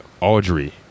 Audrey